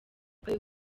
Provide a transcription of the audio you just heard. ayo